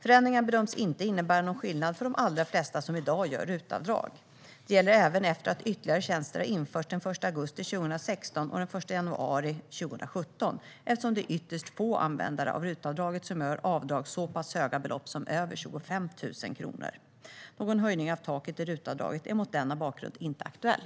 Förändringarna bedöms inte innebära någon skillnad för de allra flesta som i dag gör RUT-avdrag. Detta gäller även efter att ytterligare tjänster har införts den 1 augusti 2016 och den 1 januari 2017, eftersom det är ytterst få användare av RUT-avdraget som gör avdrag för så pass höga belopp som över 25 000 kronor. Någon höjning av taket i RUT-avdraget är mot denna bakgrund inte aktuell.